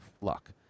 luck